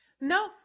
No